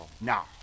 Now